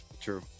True